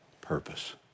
purpose